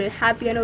happy